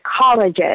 colleges